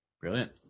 Brilliant